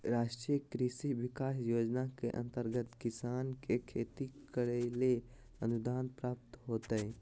राष्ट्रीय कृषि विकास योजना के अंतर्गत किसान के खेती करैले अनुदान प्राप्त होतय